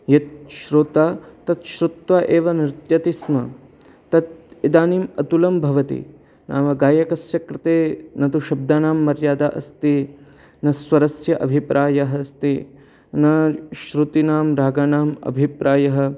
यत् श्रोता तत् श्रुत्वा एव नृत्यति स्म तत् इदानीम् अतुलं भवति नाम गायकस्य कृते न तु शब्दानां मर्यादा अस्ति न स्वरस्य अभिप्रायः अस्ति न श्रुतीनां रागानाम् अभिप्रायः